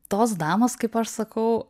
tos damos kaip aš sakau